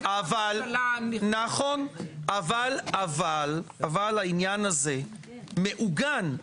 נכון, אבל העניין הזה מעוגן.